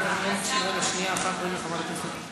שנייה אחת, חברת הכנסת.